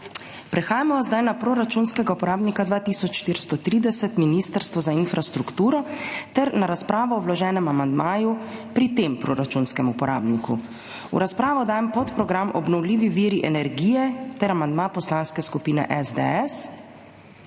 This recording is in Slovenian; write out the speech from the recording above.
Prehajamo na proračunskega uporabnika 2430 Ministrstvo za infrastrukturo ter na razpravo o vloženem amandmaju pri tem proračunskem uporabniku. V razpravo dajem podprogram Obnovljivi viri energije ter amandma Poslanske skupine SDS.